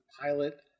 pilot